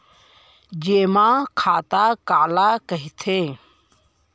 जेमा खाता काला कहिथे?